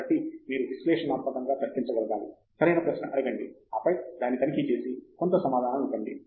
కాబట్టి మీరు విశ్లేషణాత్మకంగా తర్కించగలగాలి సరైన ప్రశ్న అడగండి ఆపై దాన్ని తనిఖీ చేసి కొంత సమాధానం ఇవ్వండి